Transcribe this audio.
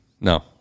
no